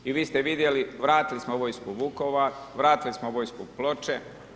I vi ste vidjeli, vratili smo vojsku u Vukovar, vratili smo vojsku u Ploče.